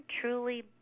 truly